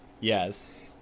Yes